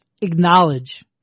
acknowledge